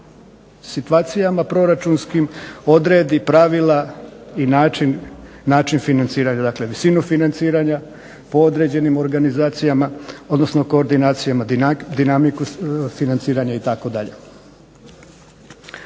situacijama proračunskim odredi pravila i način financiranja, dakle visinu financiranja po određenim organizacijama odnosno koordinacijama, dinamiku financiranja itd.